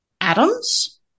atoms